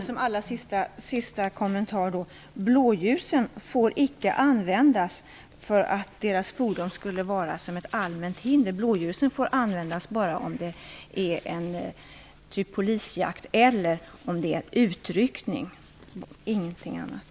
Fru talman! En allra sista kommentar: Blåljusen får icke användas för att fordonet kan utgöra ett allmänt hinder. Blåljusen får bara användas vid exempelvis polisjakt eller utryckning och ingenting annat.